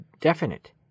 definite